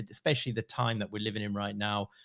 especially the time that we're living in right now,